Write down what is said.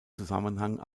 zusammenhang